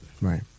Right